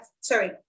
Sorry